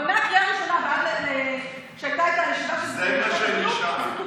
אבל מהקריאה הראשונה ועד שהייתה הישיבה, הוא תוקן.